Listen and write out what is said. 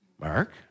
Mark